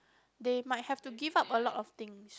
they might have to give up a lot of things